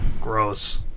Gross